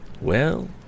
Well